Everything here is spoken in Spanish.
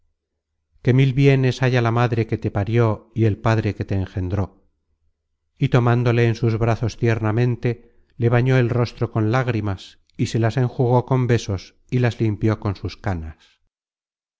que mil bienes haya la madre que te parió y el padre que te engendró y tomándole en sus brazos tiernamente le bañó el rostro con lágrimas y se las enjugó con besos y las limpió con sus canas